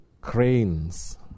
cranes